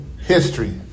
History